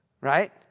right